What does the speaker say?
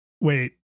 wait